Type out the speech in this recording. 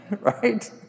Right